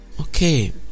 Okay